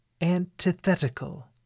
antithetical